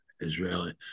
Israeli